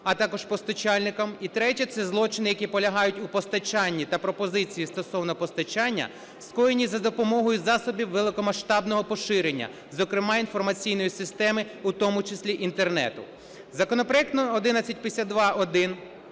а також постачальникам, і третє – це злочини, які полягають у постачанні та пропозиції стосовно постачання, скоєні за допомогою засобів великомасштабного поширення, зокрема, інформаційної системи, у тому числі Інтернету. Законопроект 1152-1